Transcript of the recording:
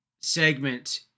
segment